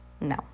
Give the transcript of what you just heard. no